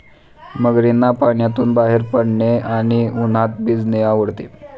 मगरींना पाण्यातून बाहेर पडणे आणि उन्हात भिजणे आवडते